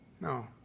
No